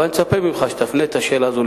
אבל אני מצפה ממך שתפנה את השאלה הזאת אל